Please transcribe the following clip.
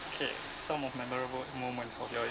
K some of memorable moments of your